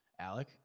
Alec